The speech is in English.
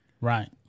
right